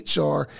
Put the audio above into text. HR